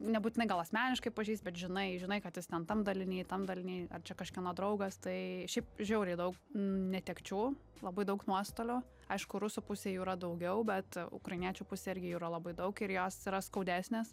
nebūtinai gal asmeniškai pažįsti bet žinai žinai kad jis ten tam dalinį tam dalinį ar čia kažkieno draugas tai šiaip žiauriai daug netekčių labai daug nuostolių aišku rusų pusėj jų yra daugiau bet ukrainiečių pusėj irgi jų yra labai daug ir jos yra skaudesnės